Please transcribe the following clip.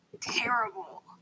terrible